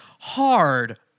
hard